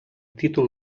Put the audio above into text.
títol